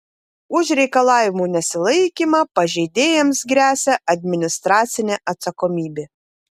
už reikalavimų nesilaikymą pažeidėjams gresia administracinė atsakomybė